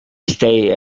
stay